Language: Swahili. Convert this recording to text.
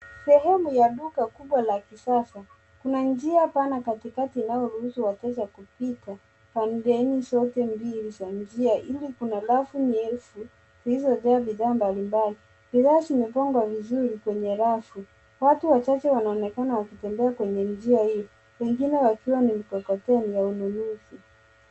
sehemu la duka kubwa la kisasa. Kuna njia pana katiketi inayoruhusu wateja kupita pandeni sote mbili za njia ili kuna rafu ndefu zilizojaa bidhaa mbali mbali. Bidhaa zimepangwa vizuri kwenye rafu watu wachache wanaonekana wakitembea kwenye njia hiyo wengine wakiwa na mkokoteni ya ununuzi.